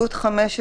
הסתייגות 5,